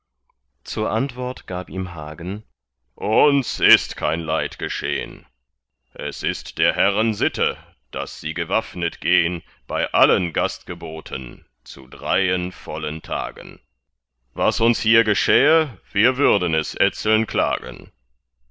zur antwort gab ihm hagen uns ist kein leid geschehn es ist der herren sitte daß sie gewaffnet gehn bei allen gastgeboten zu dreien vollen tagen was uns hier geschähe wir würden es etzeln klagen